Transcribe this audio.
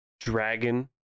dragon